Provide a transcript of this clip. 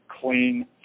clean